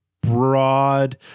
broad